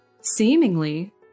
seemingly